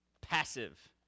passive